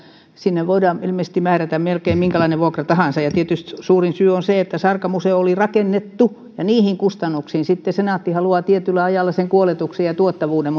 sinne voidaan ilmeisesti määrätä melkein minkälainen vuokra tahansa ja tietysti suurin syy on se että sarka museo oli rakennettu ja niihin kustannuksiin senaatti haluaa tietyllä ajalla sen kuoletuksen ja tuottavuuden